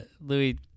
Louis